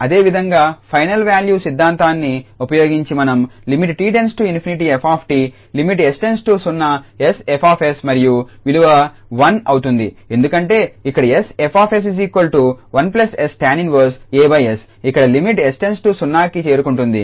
అదేవిధంగా final value సిద్ధాంతాన్ని ఉపయోగించి మనం లిమిట్ 𝑡→∞ f𝑡 లిమిట్ 𝑠→0 𝑠𝐹𝑠 మరియు విలువ 1 అవుతుంది ఎందుకంటే ఇక్కడ 𝑠𝐹𝑠 1𝑠tan−1 𝑎𝑠 ఇక్కడ లిమిట్ 𝑠→ 0కి చేరుకుంటుంది